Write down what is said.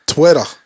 Twitter